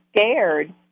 scared